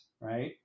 right